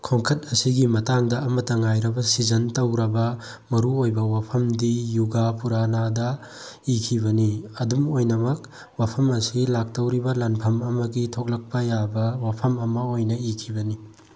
ꯈꯣꯡꯆꯠ ꯑꯁꯤꯒꯤ ꯃꯇꯥꯡꯗ ꯑꯃꯇ ꯉꯥꯏꯔꯕ ꯁꯤꯖꯟ ꯇꯧꯔꯕ ꯃꯔꯨ ꯑꯣꯏꯕ ꯋꯥꯐꯝꯗꯤ ꯌꯨꯒꯥ ꯄꯨꯔꯥꯅꯥꯗ ꯏꯈꯤꯕꯅꯤ ꯑꯗꯨꯝ ꯑꯣꯏꯅꯃꯛ ꯋꯥꯐꯝ ꯑꯁꯤ ꯂꯥꯛꯇꯧꯔꯤꯕ ꯂꯥꯟꯐꯝ ꯑꯃꯒꯤ ꯊꯣꯛꯂꯛꯄ ꯌꯥꯕ ꯋꯥꯐꯝ ꯑꯃ ꯑꯣꯏꯅ ꯏꯈꯤꯕꯅꯤ